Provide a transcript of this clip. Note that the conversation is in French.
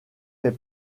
fait